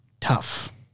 Tough